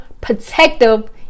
protective